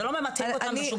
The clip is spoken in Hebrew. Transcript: זה לא ממתג אותם בשום צורה.